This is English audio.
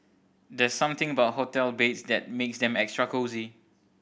there's something about hotel beds that makes them extra cosy